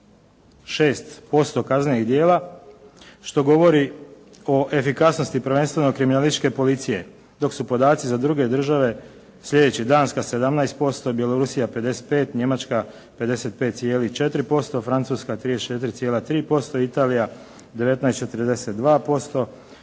76% kaznenih djela što govori o efikasnosti prvenstveno kriminalističke policije dok su podaci za druge države sljedeći: Danska 17%, Bjelorusija 55, Njemačka 55,4%, Francuska 34,3%, Italija 19,42%